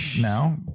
Now